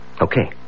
Okay